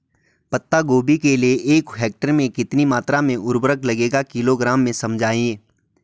पत्ता गोभी के लिए एक हेक्टेयर में कितनी मात्रा में उर्वरक लगेगा किलोग्राम में समझाइए?